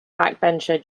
backbencher